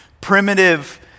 primitive